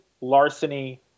larceny